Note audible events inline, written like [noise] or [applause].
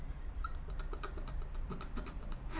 [laughs]